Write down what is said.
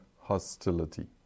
hostility